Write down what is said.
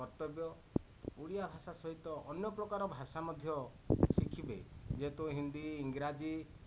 କର୍ତ୍ତବ୍ୟ ଓଡ଼ିଆ ଭାଷା ସହିତ ଅନ୍ୟ ପ୍ରକାର ଭାଷା ମଧ୍ୟ ଶିଖିବେ ଯେ ହେତୁ ହିନ୍ଦୀ ଇଂରାଜୀ